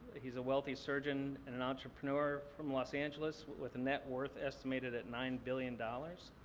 he's a wealthy surgeon and an entrepreneur from los angeles with a net worth estimated at nine billion dollars.